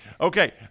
Okay